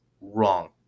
wrong